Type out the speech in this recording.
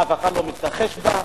אף אחד לא מתכחש לה.